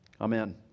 Amen